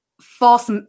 false